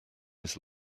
his